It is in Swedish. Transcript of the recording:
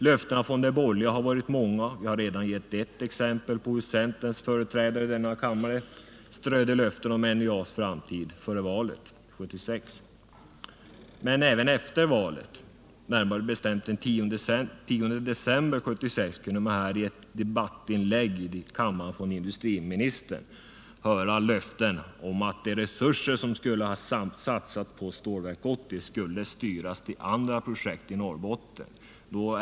Löftena från de borgerliga har varit många, och jag har redan gett exempel på hur centerns företrädare i denna kammare strödde löften om NJA:s framtid före valet:1976, men efter valet, närmare bestämt den 10 december 1976, kunde man: här i ett debattinlägg från industriministern höra löften om att de resurser som skulle ha satsats på Stålverk 80 skulle styras till andra projekt i Norrbotten.